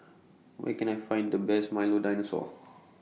Where Can I Find The Best Milo Dinosaur